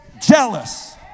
jealous